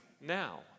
now